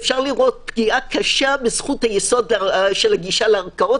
אפשר לראות פגיעה קשה בזכות היסוד של גישה לערכאות.